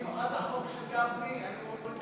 יציג את החוק סגן שר האוצר מיקי לוי.